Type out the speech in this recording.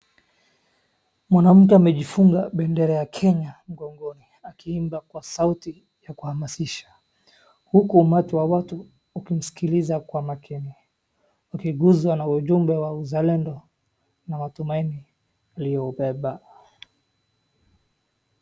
Mwanamke amejifunga bendera ya Kenya mgongoni akiimba kwa sauti ya kuhamasisha, huku umati wa watu ukimsikiliza kwa makini, ukiguzwa na ujumbe wa uzalendo na matumaini alioubeba.